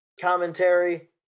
commentary